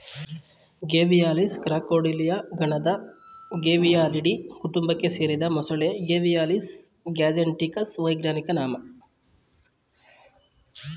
Gavialis Crocodilia ಗಣದ Gavialidae ಕುಟುಂಬಕ್ಕೆ ಸೇರಿದ ಮೊಸಳೆ ಗೇವಿಯಾಲಿಸ್ ಗ್ಯಾಂಜೆಟಿಕಸ್ ವೈಜ್ಞಾನಿಕ ನಾಮ